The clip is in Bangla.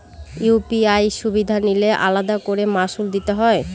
ইউ.পি.আই সুবিধা নিলে আলাদা করে মাসুল দিতে হয়?